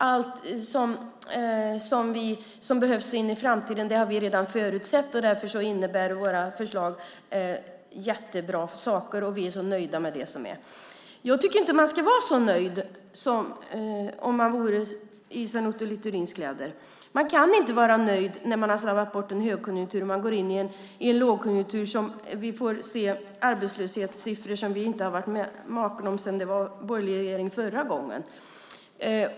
Allt som behövs i framtiden har vi redan förutsett, och därför innebär våra förslag jättebra saker, och vi är så nöjda med det som är. Jag tycker inte att man ska vara så nöjd om man är i Sven Otto Littorins kläder. Man kan inte vara nöjd när man har slarvat bort en högkonjunktur och går in i en lågkonjunktur där vi får se arbetslöshetssiffror som vi inte har sett maken till sedan det var en borgerlig regering förra gången.